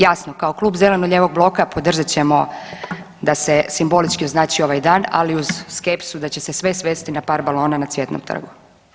Jasno kao Klub zeleno-lijevog bloka podržat ćemo da se simbolički označi ovaj dan, ali uz skepsu da će se sve svesti na par balona na Cvjetnom trgu.